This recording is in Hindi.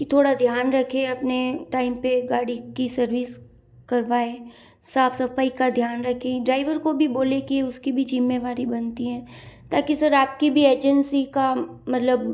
कि थोड़ा ध्यान रखें अपने टाइम पे गाड़ी की सर्विस करवाएँ साफ सफाई का ध्यान रखें ड्राइवर को भी बोले कि उसकी भी जिम्मेदारी बनती है ताकि सर आपकी भी एजेंसी का मतलब